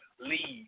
Leave